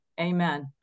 amen